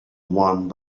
one